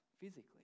physically